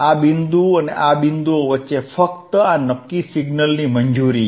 આ બિંદુ અને આ બિંદુઓ વચ્ચે ફક્ત આ નક્કિ સિગ્નલની મંજૂરી છે